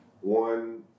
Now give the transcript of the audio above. One